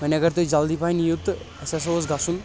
وۄنۍ اگر تُہۍ جلدی پہم یِیِو تہٕ اَسہِ ہسا اوس گژھُن